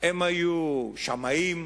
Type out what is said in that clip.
הם היו שמאים,